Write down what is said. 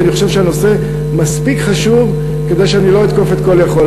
כי אני חושב שהנושא מספיק חשוב כדי שאני לא אתקוף את "call יכול".